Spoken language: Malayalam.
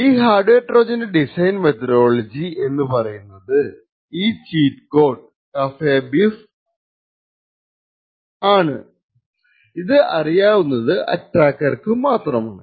ഈ ഹാർഡ് വെയർ ട്രോജന്റെ ഡിസൈൻ മെത്തഡോളജി എന്ന് പറയുന്നത് ഈ ചീറ്റ് കോഡ് കഫേബീഫ് അറിയാവുന്നതു അറ്റാക്കർക്കു മാത്രമാണ്